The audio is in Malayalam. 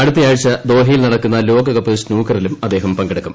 അടുത്തയാഴ്ച ദോഹയിൽ നടക്കുന്ന ലോകകപ്പ് സൂക്കറിലും അദ്ദേഹം പങ്കെടുക്കും